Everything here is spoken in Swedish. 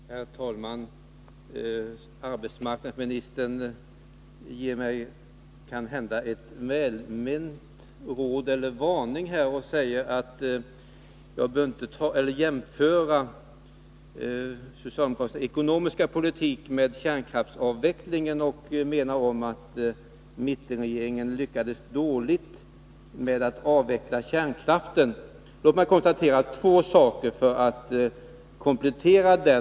Herr talman! Arbetsmarknadsministern ger mig ett råd eller en varning som kanhända är välment, när hon säger att jag inte bör jämföra socialdemokraternas ekonomiska politik med den politik som fördes i samband med kärnkraftsavvecklingen. Hon menar att mittenregeringen lyckades dåligt med att avveckla kärnkraften. Låt mig då för att komplettera den bilden konstatera två saker.